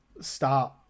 start